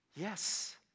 Yes